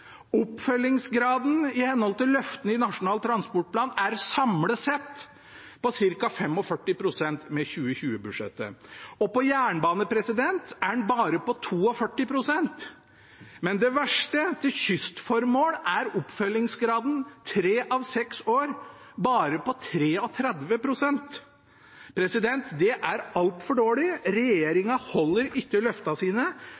Oppfølgingsgraden i henhold til løftene i Nasjonal transportplan er – samlet sett – på ca. 45 pst. med 2020-budsjettet, og på jernbane er den bare på 42 pst. Men det verste: Til kystformål er oppfølgingsgraden etter tre av seks år bare på 33 pst. Det er altfor dårlig. Regjeringen holder ikke løftene sine.